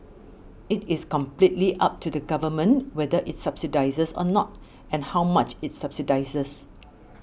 it is completely up to the Government whether it subsidises or not and how much it subsidises